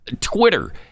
Twitter